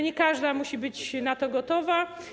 Nie każda musi być na to gotowa.